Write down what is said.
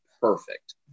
perfect